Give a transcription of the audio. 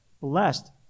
Blessed